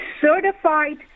certified